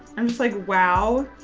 i'm just like wow.